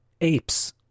apes